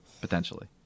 potentially